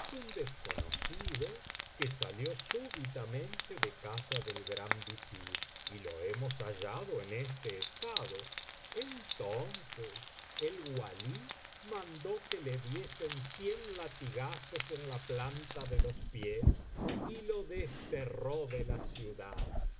un desconocido que salió súbitamente de casa del gran visir y lo hemos hallado en este estado entonces el walí mandó que le diesen cien latigazos en la planta de los pies y lo desterró de la ciudad